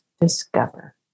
discover